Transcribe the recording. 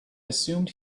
assumed